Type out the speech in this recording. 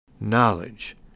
knowledge